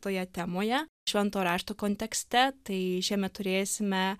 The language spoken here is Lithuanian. toje temoje švento rašto kontekste tai šiemet turėsime